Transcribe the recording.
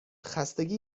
خستگی